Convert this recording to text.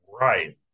Right